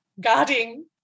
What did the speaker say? guarding